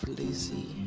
lazy